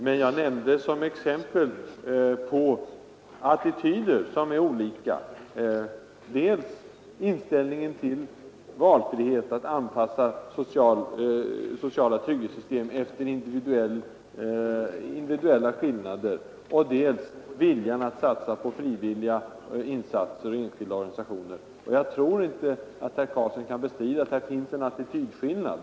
Men jag nämnde som exempel på skiljaktiga attityder dels inställningen till valfriheten, viljan att anpassa sociala trygghetssystem efter individuella skillnader, dels viljan att satsa på frivilliga insatser och enskilda organisationer. Jag tror inte att herr Karlsson kan bestrida att det härvidlag finns en attitydskillnad.